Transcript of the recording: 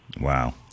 Wow